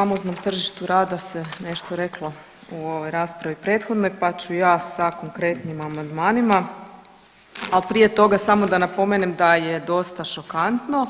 O famoznom tržištu rada se nešto reklo u ovoj raspravi prethodnoj, pa ću ja sa konkretnim amandmanima, a prije toga samo da napomenem da je dosta šokantno